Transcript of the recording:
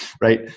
right